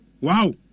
Wow